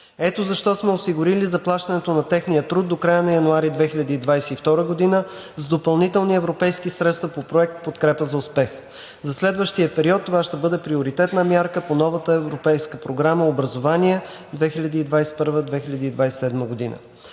Ето защо сме осигурили заплащането на техния труд до края на януари 2022 г. с допълнителни европейски средства по проект „Подкрепа за успех“. За следващия период това ще бъде приоритетна мярка по новата европейска програма „Образование 2020 – 2027 г.“